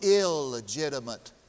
illegitimate